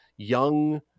Young